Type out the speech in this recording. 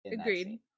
Agreed